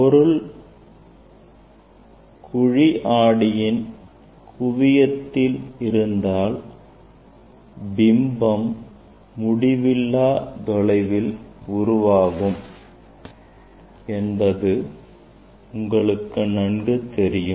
பொருள் குழி ஆடியின் குவியத்தில் இருந்தால் பிம்பம் முடிவில்லா தொலைவில் உருவாகும் என்பது உங்களுக்கு நன்கு தெரியும்